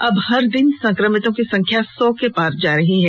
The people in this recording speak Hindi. अब हर दिन संकमितों की संख्या सौ के पार जा रही है